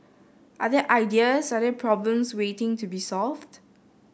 are there ideas are there problems waiting to be solved